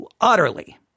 utterly